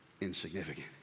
insignificant